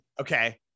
Okay